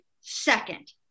second